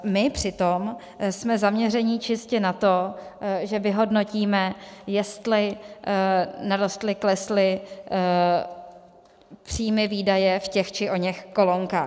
My přitom jsme zaměření čistě na to, že vyhodnotíme, jestli narostly, klesly příjmy, výdaje v těch či oněch kolonkách.